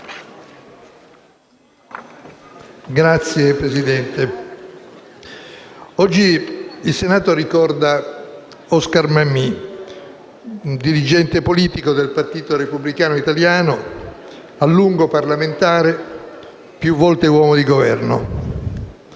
Signor Presidente, oggi il Senato ricorda Oscar Mammì, un dirigente politico del Partito Repubblicano Italiano, a lungo parlamentare, più volte uomo di Governo.